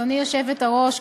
גברתי היושבת-ראש,